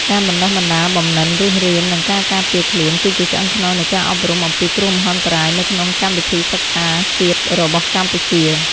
ការបណ្ដុះបណ្ដាលបំណិនរស់រាន និងការការពារខ្លួន គឺជាឆ្អឹងខ្នងនៃការអប់រំអំពីគ្រោះមហន្តរាយនៅក្នុងកម្មវិធីសិក្សាជាតិរបស់កម្ពុជា។